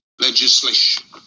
legislation